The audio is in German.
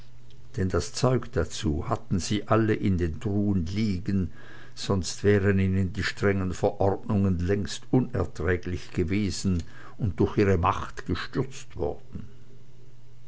denn das zeug dazu hatten sie alle in den truhen liegen sonst wären ihnen die strengen verordnungen längst unerträglich gewesen und durch ihre macht gestürzt worden